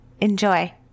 Enjoy